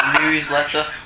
Newsletter